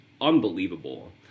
unbelievable